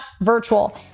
virtual